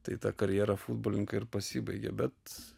tai ta karjera futbolininko ir pasibaigė bet